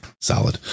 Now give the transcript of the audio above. Solid